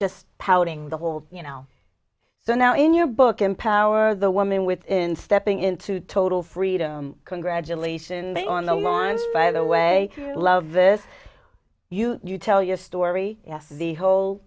pouting the whole you know so now in your book empower the woman within stepping into total freedom congratulations on the lawn by the way love this you you tell your story the whole